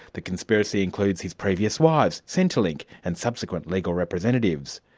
the conspiracy includes his previous wives, centrelink, and subsequent legal representatives.